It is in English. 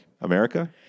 America